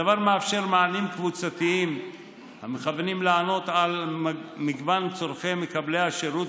הדבר מאפשר מענים קבוצתיים המכוונים לענות על מגוון צורכי מקבלי השירות,